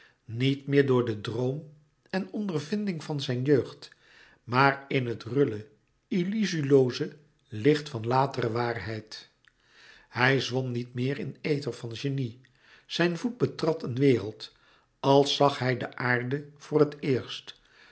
niet meer door den droom en ondervinding van zijn jeugd maar in het rulle illuzie looze licht van latere waarheid louis couperus metamorfoze hij zwom niet meer in ether van genie zijn voet betrad een wereld als zag hij de aarde voor het éerst